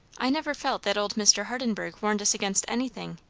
i never felt that old mr. hardenburgh warned us against anything,